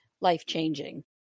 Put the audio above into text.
life-changing